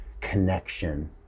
connection